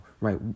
right